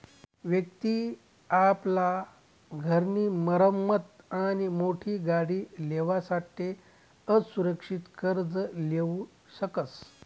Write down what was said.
व्यक्ति आपला घर नी मरम्मत आणि मोठी गाडी लेवासाठे असुरक्षित कर्ज लीऊ शकस